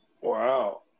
Wow